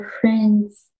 friends